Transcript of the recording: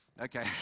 Okay